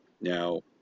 Now